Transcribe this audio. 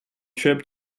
trip